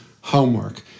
homework